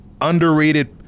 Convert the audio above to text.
underrated